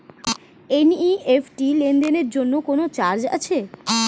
NEFT লেনদেনের জন্য কোন চার্জ আছে?